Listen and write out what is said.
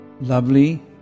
lovely